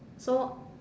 so